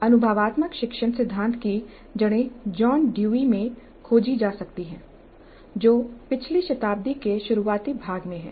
अनुभवात्मक शिक्षण सिद्धांत की जड़ें जॉन डेवी में खोजी जा सकती हैं जो पिछली शताब्दी के शुरुआती भाग में हैं